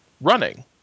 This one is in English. running